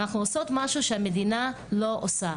אנחנו עושות משהו שהמדינה לא עושה,